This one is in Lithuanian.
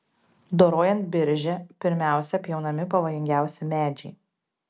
dorojant biržę pirmiausia pjaunami pavojingiausi medžiai